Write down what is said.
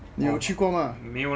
你有去过吗